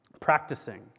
practicing